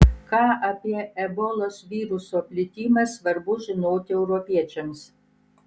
ką apie ebolos viruso plitimą svarbu žinoti europiečiams